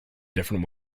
different